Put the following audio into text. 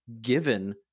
given